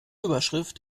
überschrift